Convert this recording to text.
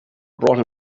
brought